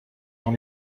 dans